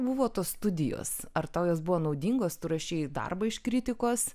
buvo tos studijos ar tau jos buvo naudingos tu rašei darbą iš kritikos